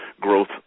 growth